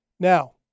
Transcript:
Now